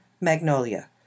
Magnolia